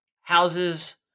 houses